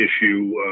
issue